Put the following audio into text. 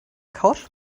couch